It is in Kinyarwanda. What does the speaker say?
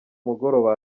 mugoroba